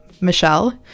Michelle